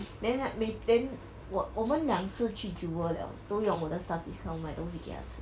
then like 每 then 我我们两次去 jewel liao 都用我的 staff discount 买东西给他们吃